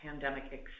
pandemic